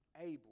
able